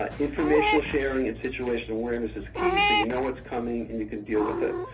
ah informational sharing and situational awareness is key, so and you know what's coming and you can deal with it.